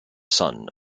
son